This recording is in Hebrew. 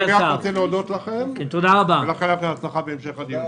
אני רוצה להודות לכם ולאחל לכם הצלחה בהמשך הדיון.